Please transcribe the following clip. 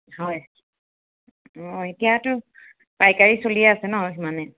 হয় অঁ এতিয়াটো পাইকাৰী চলি আছে ন সিমানেই